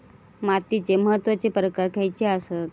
मातीचे महत्वाचे प्रकार खयचे आसत?